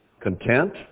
content